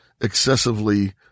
excessively